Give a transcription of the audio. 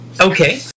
Okay